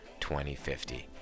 2050